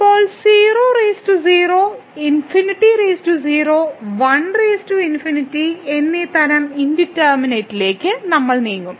ഇപ്പോൾ 00 ∞0 1∞ എന്നീ തരം ഇൻഡിറ്റർമിനെറ്റ്ത്തിലേക്ക് നമ്മൾ നീങ്ങും